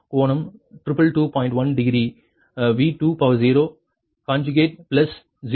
1 degree V20 conjugate plus 0